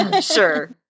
Sure